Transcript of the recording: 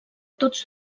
tots